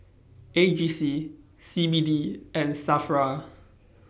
A G C C B D and SAFRA